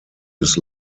his